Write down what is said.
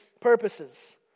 purposes